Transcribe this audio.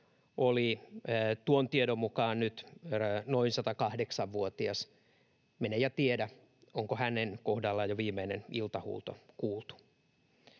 oli tuon tiedon mukaan nyt noin 108-vuotias. Mene ja tiedä, onko hänen kohdallaan jo viimeinen iltahuuto kuultu.